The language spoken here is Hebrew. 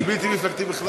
אני בלתי מפלגתי בכלל.